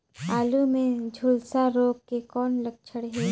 आलू मे झुलसा रोग के कौन लक्षण हे?